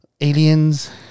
Aliens